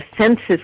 census